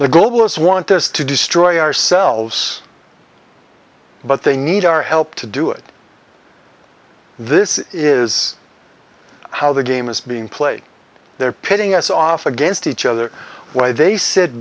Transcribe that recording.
the globalists want us to destroy ourselves but they need our help to do it this is how the game is being played there pitting us off against each other why they s